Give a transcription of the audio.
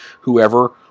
whoever